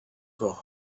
for